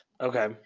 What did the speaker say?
Okay